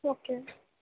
okay